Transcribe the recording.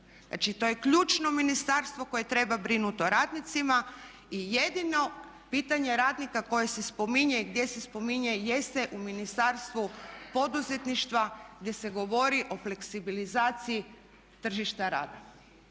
Znači to je ključno ministarstvo koje treba brinuti o radnicima i jedino pitanje radnike koje se spominje je gdje se spominje jeste u Ministarstvu poduzetništva gdje se govorio o fleksibilizaciji tržišta rada.